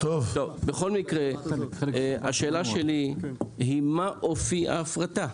בכל מקרה, השאלה שלי היא מה אופי ההפרטה.